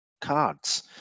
cards